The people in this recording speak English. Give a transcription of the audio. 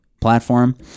platform